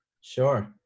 Sure